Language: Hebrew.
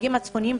הנהגים הצפוניים,